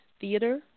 theater